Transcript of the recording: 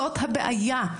זאת הבעיה.